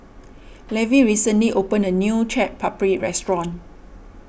Levy recently opened a new Chaat Papri restaurant